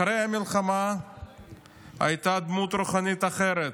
אחרי המלחמה הייתה דמות רוחנית אחרת,